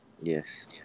Yes